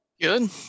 Good